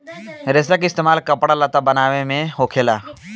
रेसा के इस्तेमाल कपड़ा लत्ता बनाये मे होखेला